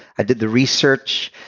i did the research.